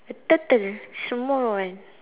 the turtle small one